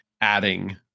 adding